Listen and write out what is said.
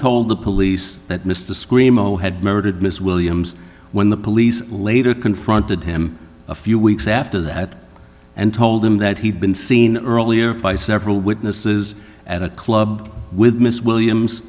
told the police that mr screamo had murdered miss williams when the police later confronted him a few weeks after that and told him that he'd been seen earlier by several witnesses at a club with miss williams